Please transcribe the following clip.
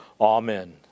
Amen